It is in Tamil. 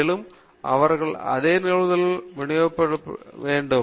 மேலும் அவர்கள் அதே நிகழ்தகவு விநியோகம் பிரதிநிதித்துவம் வேண்டும்